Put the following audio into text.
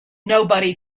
nobody